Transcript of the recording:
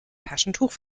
taschentuch